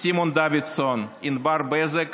סימון דוידסון, ענבר בזק